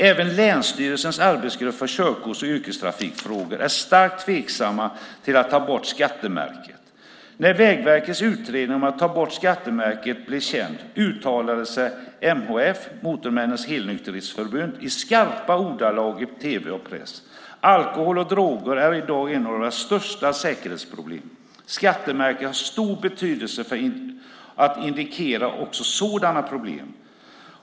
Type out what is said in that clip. Även länsstyrelsernas arbetsgrupp för körkorts och yrkestrafikfrågor är starkt tveksamma till att ta bort skattemärket. När Vägverkets utredning om att ta bort skattemärket blev känd uttalade sig MHF, Motorförarnas Helnykterhetsförbund, i skarpa ordalag i tv och press. Alkohol och droger är i dag ett av de största säkerhetsproblemen. Skattemärket har stor betydelse för att indikera också sådana problem.